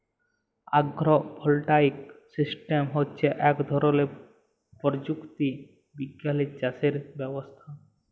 আগ্র voltaic system হচ্যে ইক ধরলের প্রযুক্তি বিজ্ঞালের চাসের ব্যবস্থা